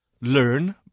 Learn